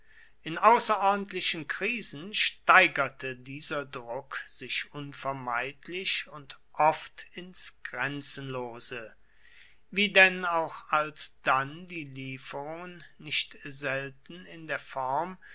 in außerordentlichen krisen steigerte dieser druck sich unvermeidlich und oft ins grenzenlose wie denn auch alsdann die lieferungen nicht selten in der form